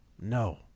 No